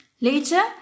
Later